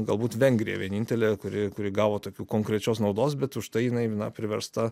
galbūt vengrija vienintelė kuri kuri gavo tokių konkrečios naudos bet užtai jinai priversta